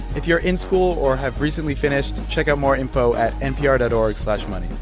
if you're in school or have recently finished, check out more info at npr dot org slash money.